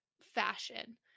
fashion